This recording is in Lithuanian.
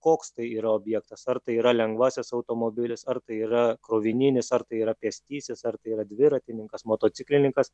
koks tai yra objektas ar tai yra lengvasis automobilis ar tai yra krovininis ar tai yra pėstysis ar tai yra dviratininkas motociklininkas